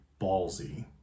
ballsy